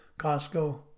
Costco